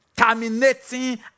terminating